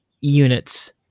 units